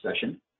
session